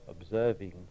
observing